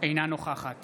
אינה נוכחת